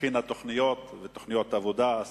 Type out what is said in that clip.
הכינה תוכניות ותוכניות עבודה.